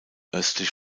östlich